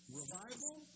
revival